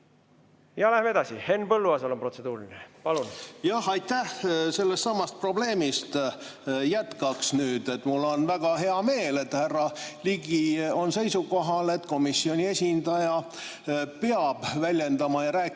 Läheme edasi. Henn Põlluaasal on protseduuriline, palun! Aitäh! Sellestsamast probleemist ma nüüd jätkaks. Mul on väga hea meel, et härra Ligi on seisukohal, et komisjoni esindaja peab väljendama ja rääkima